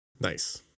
nice